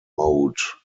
mode